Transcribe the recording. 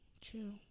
True